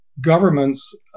governments